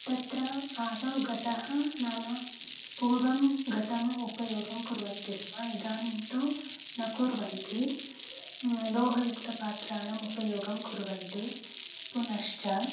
तत्र आदौ घटः नाम पूर्वं घटम् उपयोगं कुर्वन्ति स्म इदानीं तु न कुर्वन्ति लोहयुक्तपात्राणाम् उपयोगं कुर्वन्ति पुनश्च